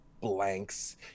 blanks